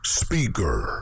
speaker